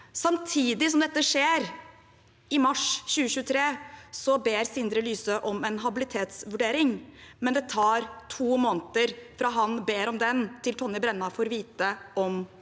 Samtidig som dette skjer, i mars 2023, ber Sindre Lysø om en habilitetsvurdering, men det tar to måneder fra han ber om den, til Tonje Brenna får vite om det.